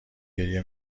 گریه